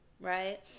right